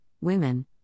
women